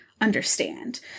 understand